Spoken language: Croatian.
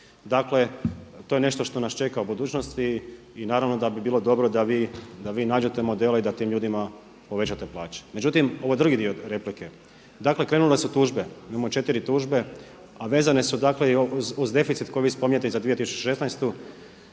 Dakle, to je nešto što nas čeka u budućnosti i naravno da bi bilo dobro da vi nađete modele i da tim ljudima povećate plaće. Međutim, ovo je drugi dio replike. Dakle krenule su tužbe, imamo 4 tužbe a vezane su dakle i uz deficit koji vi spominjete i za 2016.